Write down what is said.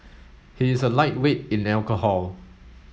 he is a lightweight in alcohol